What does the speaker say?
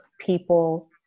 people